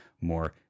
more